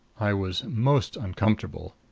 i was most uncomfortable.